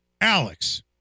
Alex